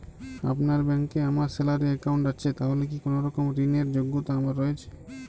আপনার ব্যাংকে আমার স্যালারি অ্যাকাউন্ট আছে তাহলে কি কোনরকম ঋণ র যোগ্যতা আমার রয়েছে?